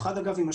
יש פה משהו שחייב